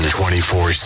24